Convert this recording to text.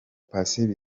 patient